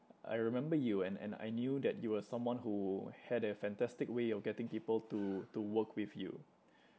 I remember you and and I knew that you were someone who had a fantastic way of getting people to to work with you